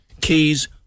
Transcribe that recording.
Keys